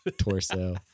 torso